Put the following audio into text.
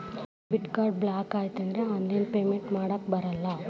debit card block ಆಯ್ತಂದ್ರ online payment ಮಾಡಾಕಬರಲ್ಲ